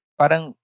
parang